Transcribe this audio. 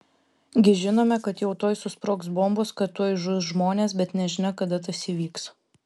gi žinome kad jau tuoj susprogs bombos kad tuoj žus žmonės bet nežinia kada tas įvyks